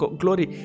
glory